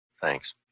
Thanks